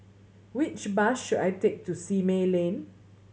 which bus should I take to Simei Lane